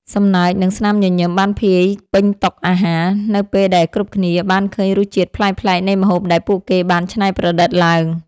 សំណើច និងស្នាមញញឹមបានភាយពេញតុអាហារ នៅពេលដែលគ្រប់គ្នាបានឃើញរសជាតិប្លែកៗនៃម្ហូបដែលពួកគេបានច្នៃប្រឌិតឡើង។